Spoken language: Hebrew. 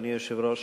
אדוני היושב-ראש,